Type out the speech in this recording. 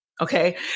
Okay